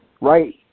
right